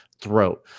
throat